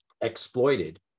exploited